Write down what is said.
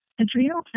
adrenal